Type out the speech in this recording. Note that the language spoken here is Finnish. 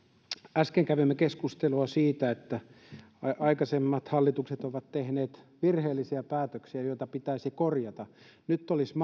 äsken kävimme keskustelua siitä että aikaisemmat hallitukset ovat tehneet virheellisiä päätöksiä joita pitäisi korjata nyt olisi